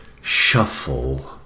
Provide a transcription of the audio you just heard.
shuffle